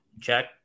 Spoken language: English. check